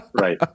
Right